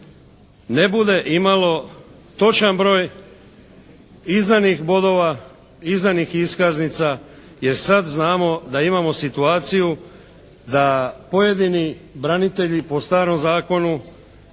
ne bude imalo točan broj izdanih bodova, izdanih iskaznica, jer sad znamo da imamo situaciju da pojedini branitelji po starom zakonu,